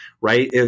right